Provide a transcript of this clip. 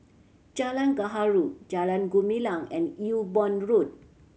Jalan Gaharu Jalan Gumilang and Ewe Boon Road